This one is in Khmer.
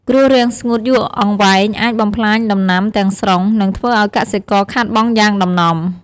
គ្រោះរាំងស្ងួតយូរអង្វែងអាចបំផ្លាញដំណាំទាំងស្រុង និងធ្វើឱ្យកសិករខាតបង់យ៉ាងដំណំ។